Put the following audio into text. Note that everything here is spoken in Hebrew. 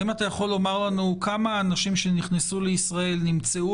האם אתה יכול לומר לנו כמה אנשים שנכנסו לישראל נמצאו